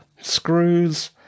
screws